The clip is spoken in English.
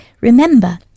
Remember